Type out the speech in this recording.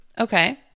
Okay